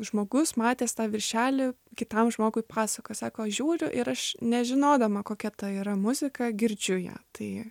žmogus matęs tą viršelį kitam žmogui pasakoja sako žiūriu ir aš nežinodama kokia ta yra muzika girdžiu ją tai